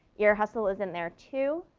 your hustle is in there, too.